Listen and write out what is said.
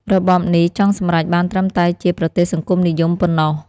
របបនេះចង់សម្រេចបានត្រឹមតែជា "ប្រទេសសង្គមនិយម" ប៉ុណ្ណោះ។